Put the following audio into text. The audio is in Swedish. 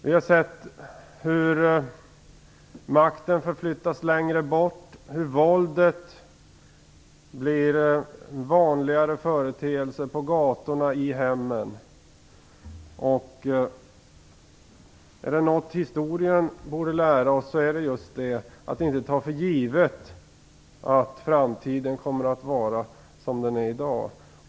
Vi har sett hur makten förflyttats längre bort och hur våldet blir en vanligare företeelse på gator och i hemmen. Är det något historien borde lära oss är det just att inte ta för givet att det kommer att se likadant ut i framtiden som det gör i dag.